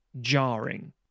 jarring